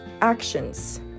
actions